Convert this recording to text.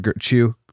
chew